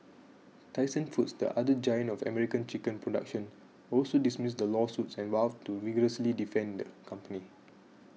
Tyson Foods the other giant of American chicken production also dismissed the lawsuits and vowed to vigorously defend the company